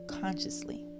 consciously